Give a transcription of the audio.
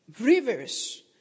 rivers